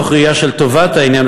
מתוך ראייה של טובת העניין,